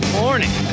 morning